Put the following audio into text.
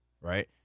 right